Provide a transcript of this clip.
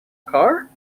car